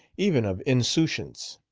even of insouciance.